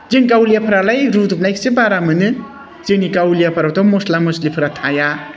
जों गावलियाफोरालाय रुदबनायखौसो बारा मोनो जोंनि गावलियाफोराथ' मस्ला मस्लिफोरा थाया